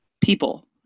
people